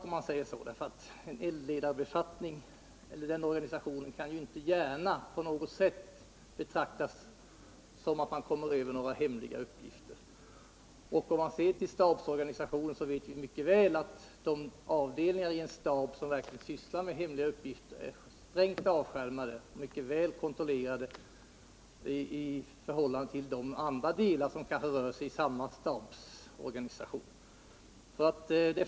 Organisationen med den här eldledarbefattningen kan inte gärna betraktas så att man där kommer över några hemliga uppgifter. Om vi ser till stabsorganisationen, så vet vi mycket väl att de avdelningar i en stab som verkligen sysslar med hemliga uppgifter är strängt avskärmade och mycket väl kontroilerade i förhållande till andra delar som kanske finns i: samma stabsorganisation.